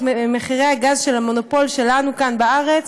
ממחירי הגז של המונופול שלנו כאן בארץ.